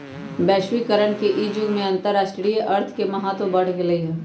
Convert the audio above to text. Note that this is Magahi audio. वैश्वीकरण के इ जुग में अंतरराष्ट्रीय अर्थ के महत्व बढ़ गेल हइ